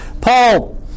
Paul